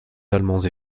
allemands